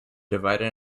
divided